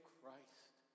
Christ